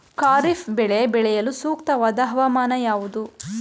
ಖಾರಿಫ್ ಬೆಳೆ ಬೆಳೆಯಲು ಸೂಕ್ತವಾದ ಹವಾಮಾನ ಯಾವುದು?